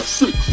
six